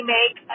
make